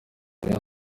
rayon